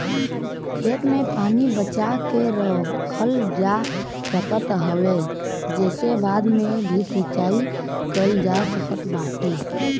खेत के पानी बचा के रखल जा सकत हवे जेसे बाद में भी सिंचाई कईल जा सकत बाटे